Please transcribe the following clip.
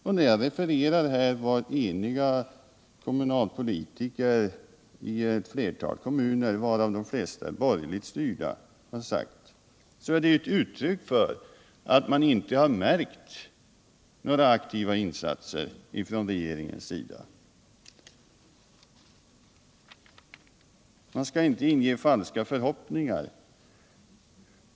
När jag här refererar vad eniga kommunalpolitiker har sagt i ett flertal kommuner, av vilka de flesta är borgerligt styrda, framgår det att man inte har märkt några aktiva insatser från regeringens sida. Man skall inte inge falska förhoppningar.